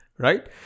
right